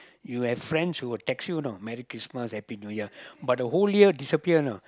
you have friends who will text you you know Merry Christmas Happy New Year but the whole year disappear you know